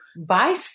buy